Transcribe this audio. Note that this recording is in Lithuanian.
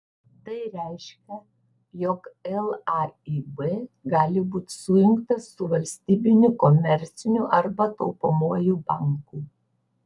tai reiškia jog laib gali būti sujungtas su valstybiniu komerciniu arba taupomuoju banku